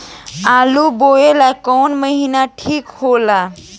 आलू बोए ला कवन महीना ठीक हो ला?